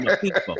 people